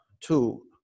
two